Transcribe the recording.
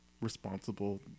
responsible